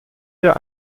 wir